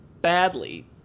badly